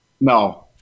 No